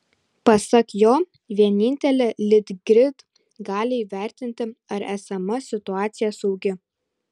pasak jo vienintelė litgrid gali įvertinti ar esama situacija saugi